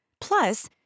Plus